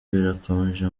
birakomeje